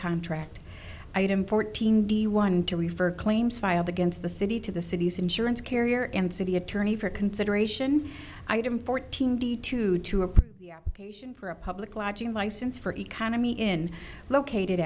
contract item fourteen d one to refer claims filed against the city to the city's insurance carrier and city attorney for consideration item fourteen d two two a for a public lodging license for economy in located